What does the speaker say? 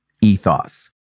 ethos